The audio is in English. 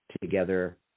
together